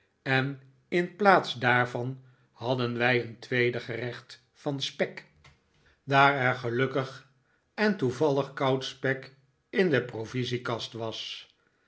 en in plaats daarvan hadden wij een tweede gerecht van spek daar er gelukkig en toevallig koud spek in de provisiekast was